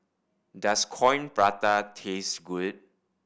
does Coin Prata taste good